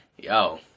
Yo